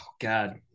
god